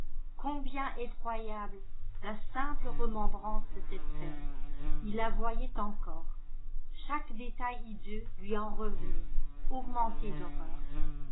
combien effroyable la simple remem brance de cette scène il la voyait encore chaque détail hideux lui en revenait augmenté d'horreur